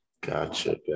Gotcha